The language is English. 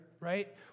right